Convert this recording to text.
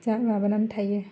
जा माबानानै थायो